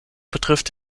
betrifft